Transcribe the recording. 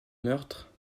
meurtre